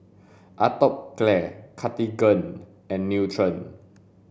Atopiclair Cartigain and Nutren